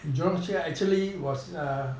j